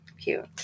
cute